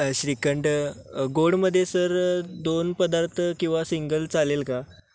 श्रीखंड गोडमध्ये सर दोन पदार्थ किंवा सिंगल चालेल का